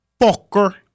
Fucker